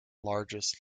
largest